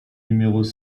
numéros